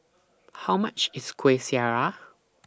How much IS Kueh Syara